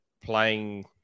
playing